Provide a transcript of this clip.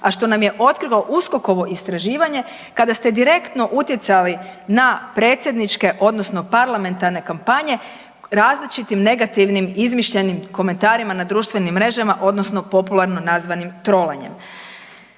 a što nam je otkrilo USKOK-ovo istraživanje kada ste direktno utjecali na predsjedničke odnosno parlamentarne kampanje različitim negativnim izmišljenim komentarima na društvenim mrežama, odnosno popularno nazvanim „trolanjem“.